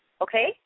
okay